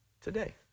Today